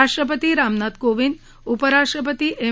राष्ट्रपती रामनाथ कोविंद उपराष्ट्रपती एम